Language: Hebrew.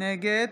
נגד